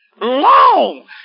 long